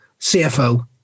CFO